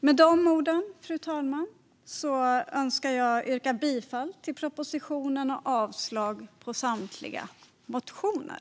Med de orden, fru talman, önskar jag yrka bifall till propositionen och avslag på samtliga reservationer.